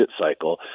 cycle